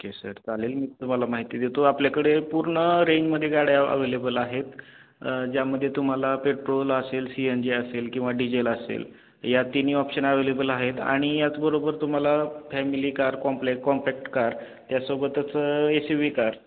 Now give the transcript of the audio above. okay sir चालेल मी तुम्हाला माहिती देतो आपल्याकडे पूर्ण रेंजमध्ये गाड्या अवेलेबल आहेत ज्यामध्ये तुम्हाला पेट्रोल असेल सी एन जी असेल किंवा डिजेल असेल या तिन्ही ऑप्शन अवेलेबल आहेत आणि याचबरोबर तुम्हाला family car comple compact car त्यासोबतच एसी वी ही कार